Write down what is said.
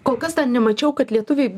kol kas dar nemačiau kad lietuviai